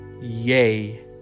Yay